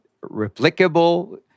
replicable